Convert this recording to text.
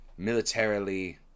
militarily